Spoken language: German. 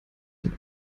den